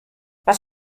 was